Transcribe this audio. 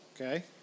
Okay